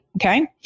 Okay